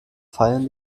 feiern